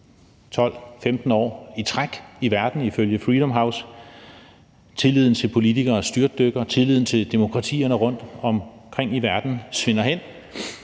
12-15 år i træk i verden ifølge Freedom House; tilliden til politikere styrtdykker; tilliden til demokratierne rundtomkring i verden svinder hen.